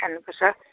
खानुपर्छ